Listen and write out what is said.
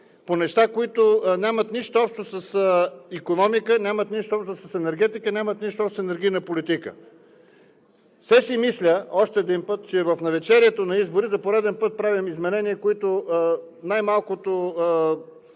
по неща, които нямат нищо общо с икономика, нямат нищо общо с енергетика, нямат нищо общо с енергийна политика. Все си мисля, още един път, че в навечерието на изборите за пореден път правим изменения, които най-малкото